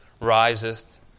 riseth